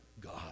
God